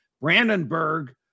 Brandenburg